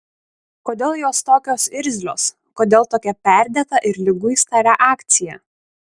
kodėl jos tokios irzlios kodėl tokia perdėta ir liguista reakcija